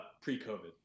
pre-COVID